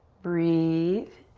breathe.